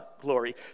glory